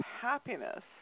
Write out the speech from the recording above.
happiness